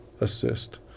assist